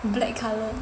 black colour